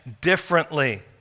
differently